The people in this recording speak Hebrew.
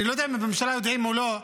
אני לא יודע אם בממשלה יודעים או לא,